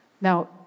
Now